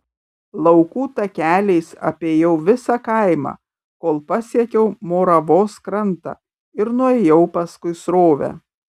laukų takeliais apėjau visą kaimą kol pasiekiau moravos krantą ir nuėjau paskui srovę